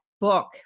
book